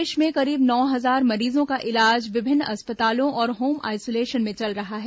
प्रदेश में करीब नौ हजार मरीजों का इलाज विभिन्न अस्पतालों और होम आइसोलेशन में चल रहा है